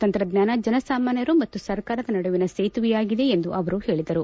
ತಂತ್ರಜ್ಞಾನ ಜನಸಾಮಾನ್ಯರು ಮತ್ತು ಸರ್ಕಾರದ ನಡುವಿನ ಸೇತುವೆಯಾಗಿದೆ ಎಂದು ಅವರು ಹೇಳಿದರು